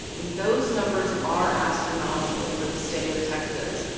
those numbers are astronomical for the state of texas.